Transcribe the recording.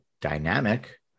dynamic